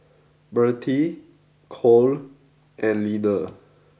Mirtie Cole and Leaner